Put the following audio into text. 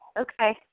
Okay